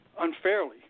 unfairly